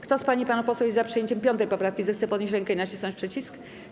Kto z pań i panów posłów jest za przyjęciem 5. poprawki, zechce podnieść rękę i nacisnąć przycisk.